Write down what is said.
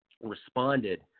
responded